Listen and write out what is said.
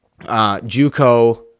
Juco